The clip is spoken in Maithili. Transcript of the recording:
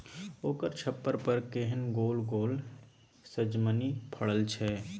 ओकर छप्पर पर केहन गोल गोल सजमनि फड़ल छै